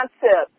concept